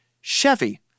Chevy